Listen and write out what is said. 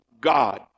God